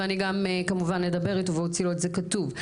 ואני גם כמובן אדבר איתו ואוציא לו את זה כתוב,